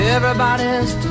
Everybody's